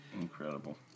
Incredible